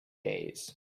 days